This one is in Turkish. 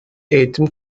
eğitim